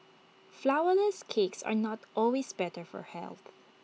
Flourless Cakes are not always better for health